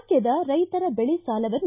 ರಾಜ್ಞದ ರೈತರ ದೆಳೆ ಸಾಲವನ್ನು